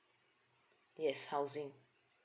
yes housing